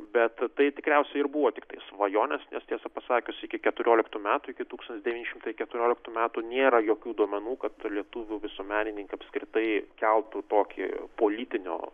bet tai tikriausiai ir buvo tiktai svajonės nes tiesą pasakius iki keturioliktų metų iki tūkstantis devyni šimtai keturioliktų metų nėra jokių duomenų kad lietuvių visuomenininkai apskritai keltų tokį politinio